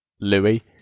Louis